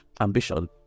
ambition